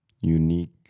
unique